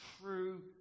true